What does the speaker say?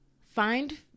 Find